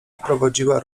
wprowadziła